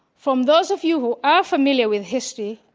from those of you who are familiar with history,